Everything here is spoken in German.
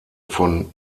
von